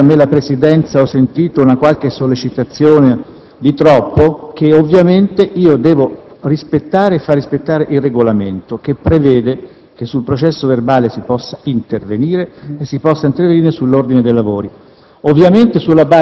quando è toccato a me presiedere la seduta ho sentito qualche sollecitazione di troppo, che ovviamente devo rispettare e far rispettare il Regolamento, che prevede che sul processo verbale si possa intervenire così come sull'ordine dei lavori,